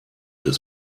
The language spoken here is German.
des